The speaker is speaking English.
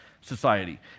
society